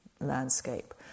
landscape